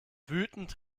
wütend